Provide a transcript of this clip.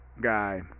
guy